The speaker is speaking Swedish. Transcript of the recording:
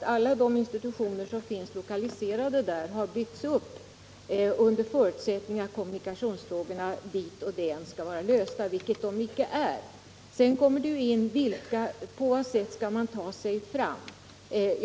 Alla de institutioner som finns lokaliserade dit har givetvis byggts upp under förutsättning att frågorna om kommunikationer dit och dän skall vara lösta, vilket de inte är. Sedan kommer då frågan in, på vad sätt man skall ta sig fram. Det